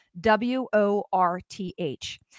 W-O-R-T-H